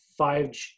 5g